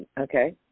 Okay